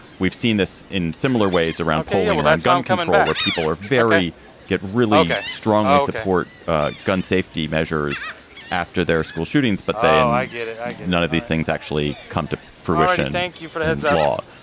we've seen this in similar ways around polling, around gun control, where people are very get really strongly support ah gun safety measures after their school shootings. but then none of these things actually come to fruition in law.